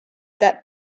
that